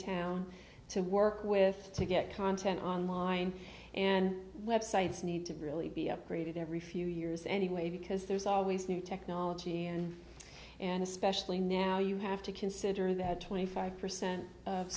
town to work with to get content online and websites need to really be upgraded every few years anyway because there's always new technology and and especially now you have to siddur that twenty five percent of